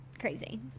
Crazy